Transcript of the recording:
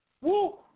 Woo